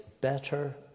better